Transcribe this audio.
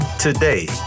today